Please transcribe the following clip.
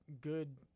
good